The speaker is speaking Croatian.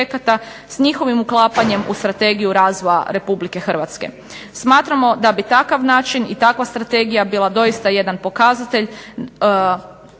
s njihovim uklapanjem u Strategiju razvoja Republike Hrvatske. Smatramo da bi takav način i takva strategija bila pokazatelj